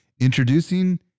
Introducing